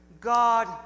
God